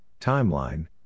Timeline